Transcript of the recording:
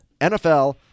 NFL